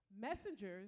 messengers